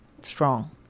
strong